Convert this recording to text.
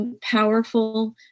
powerful